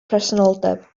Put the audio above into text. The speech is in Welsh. presenoldeb